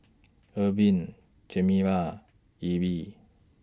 Irven Chimere Elby